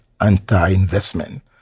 anti-investment